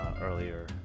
earlier